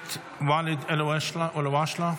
הכנסת ואליד אלהואשלה,